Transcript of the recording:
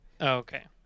Okay